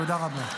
תודה רבה.